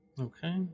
Okay